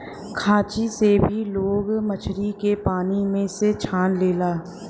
खांची से भी लोग मछरी के पानी में से छान लेला